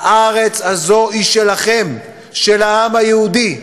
הארץ הזאת היא שלכם, של העם היהודי.